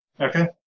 Okay